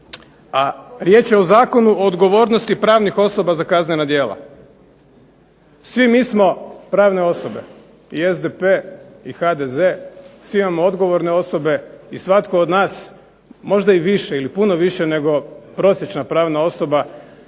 A riječ je o Zakonu o odgovornosti pravnih osoba za kaznena djela. Svi mi smo pravne osobe, i SDP, i HDZ, svi imamo odgovorne osobe, i svatko od nas možda i više, ili puno više nego prosječna pravna osoba